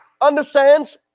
understands